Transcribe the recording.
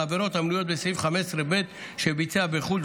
עבירות המנויות בסעיף 15(ב) שביצע בחו"ל,